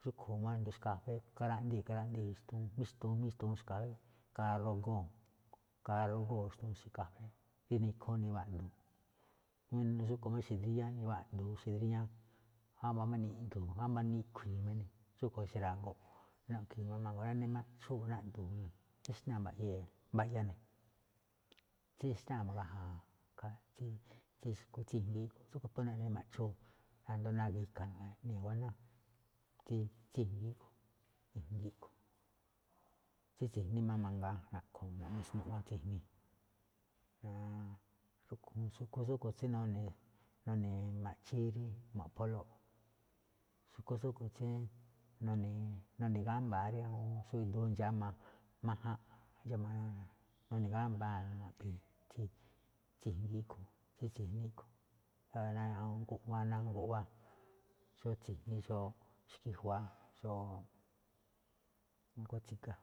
xúꞌkhue̱n máꞌ asndo ixe̱ kafée, na̱ka̱ raꞌndii̱, na̱ka̱ raꞌndii̱ xtuun, mi xtuun mi xtuun ixe̱ kafée i̱ka̱ rarogoo̱, i̱ka̱ rarogoo̱ xtuun ixe̱ kafée, rí níkhú niwaꞌdu̱u̱, xúꞌkhue̱n máꞌ ixe̱ dríñá niwaꞌdu̱u̱ ixe̱ dríñá, wámba̱ máꞌ niꞌdu̱u̱, wámba̱ niꞌkhui̱i̱, xúꞌkhue̱n ixe̱ ra̱go̱nꞌ, naꞌkhui̱i̱ má ne̱ mangaa, naꞌne maꞌchúu̱ rí naꞌdu̱u̱, tsíxná mba̱ꞌyee̱, mba̱ꞌya ne̱. Tsíxnáa̱ ma̱gaja̱a̱ ikhaa tsí xu̱kú tsí i̱jngi̱í, tsúꞌkhue̱n phú naꞌne maꞌchúu, asndo na̱gi̱ka̱ nguáná, tsí i̱jngi̱í a̱ꞌkhue̱n tsí i̱jngi̱í a̱ꞌkhue̱n. Tsí tsi̱jní máꞌ mangaa naꞌkho̱, xu̱kú tsúꞌkhue̱n tsí nune̱ nune̱ maꞌchíí rí mo̱ꞌpholóꞌ, xu̱kú tsúꞌkhue̱n tsí nune̱, nune̱ gámba̱a̱ rí xó iduu ixe̱ ndxáma máján, nune̱ gámba̱a̱ ne̱, tsí i̱jngi̱í a̱ꞌkhue̱n tsí tsi̱jní a̱ꞌkhue̱n, ná awúun guꞌwá ná guꞌwá, xó tsi̱jní xó xki̱jua̱á, xó a̱kuáan tsíga.